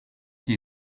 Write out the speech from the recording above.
qui